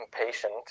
impatient